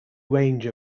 range